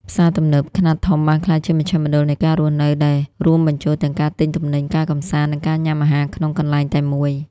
ផ្សារទំនើបខ្នាតធំ បានក្លាយជាមជ្ឈមណ្ឌលនៃការរស់នៅ ដែលរួមបញ្ចូលទាំងការទិញទំនិញ ការកម្សាន្ត និងការញ៉ាំអាហារក្នុងកន្លែងតែមួយ។